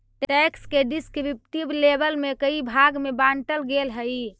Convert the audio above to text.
tax के descriptive label के कई भाग में बांटल गेल हई